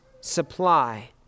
supply